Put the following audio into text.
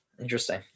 Interesting